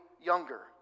younger